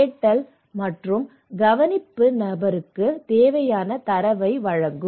கேட்டல் மற்றும் கவனிப்பு நபருக்கு தேவையான தரவை வழங்கும்